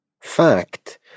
fact